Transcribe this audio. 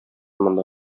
монда